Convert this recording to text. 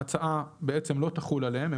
ההצעה בעצם לא תחול עליהן,